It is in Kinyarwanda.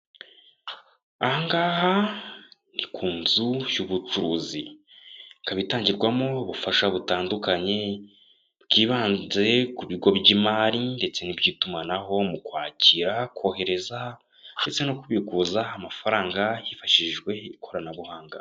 Aha ngaha ni ku nzu y'ubucuruzi. Ikaba itangirwamo ubufasha butandukanye bwibanze ku bigo by'imari ndetse n'iby'itumanaho mu kwakira, kohereza ndetse no kubikuza amafaranga hifashishijwe ikoranabuhanga.